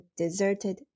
deserted